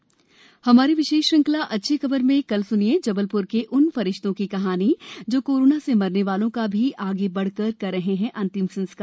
अच्छी खबर हमारी विशेष श्रृंखला अच्छी खबर में कल स्निए जबलप्र के उन फरिश्तों की कहानी जो कोरोना से मरने वालों का भी आगे बढ़कर कर रहे है अंतिम संस्कार